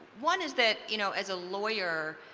one is that you know as a lawyer,